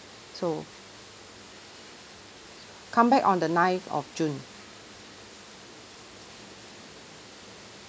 so come back on the ninth of june